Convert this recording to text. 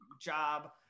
job